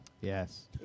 Yes